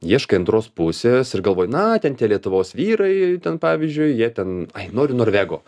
ieškai antros pusės ir galvoji na ten tie lietuvos vyrai ten pavyzdžiui jie ten ai noriu norvego